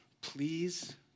Please